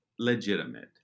legitimate